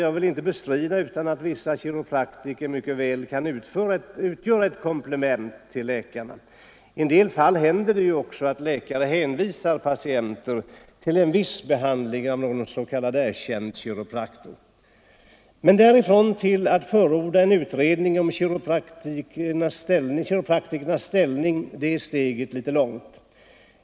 Jag vill inte bestrida att vissa kiropraktorer mycket väl kan utgöra ett komplement till läkarna — i en del fall händer det t.o.m. att läkarna hänvisar patienter till viss behandling av någon s.k. erkänd kiropraktor. Men därifrån och till att förorda en utredning om kiropraktorernas ställning är steget väl långt.